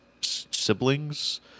siblings